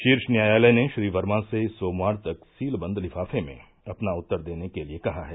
शीर्ष न्यायालय ने श्री वर्मा से सोमवार तक सीलबंद लिफाफे में अपना उत्तर देने के लिए कहा है